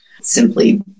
simply